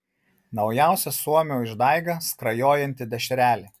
naujausia suomio išdaiga skrajojanti dešrelė